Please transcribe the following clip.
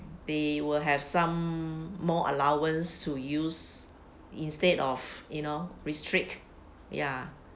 they will have some more allowance to use instead of you know restrict ya